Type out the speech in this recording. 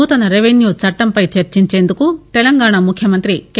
నూతన రెవిన్యూ చట్టంపై చర్చించేందుకు తెలంగాణ ముఖ్యమంత్రి కె